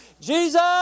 Jesus